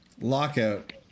Lockout